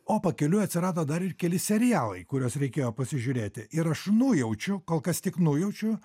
o pakeliui atsirado dar ir keli serialai kuriuos reikėjo pasižiūrėti ir aš nujaučiu kol kas tik nujaučiu